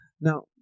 Now